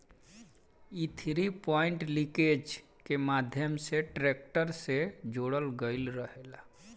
इ three point linkage के माध्यम से ट्रेक्टर से जोड़ल गईल रहेला